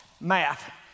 math